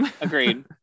Agreed